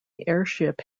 airship